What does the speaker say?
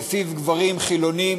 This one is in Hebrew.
שלפיו גברים חילונים,